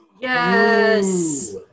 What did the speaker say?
yes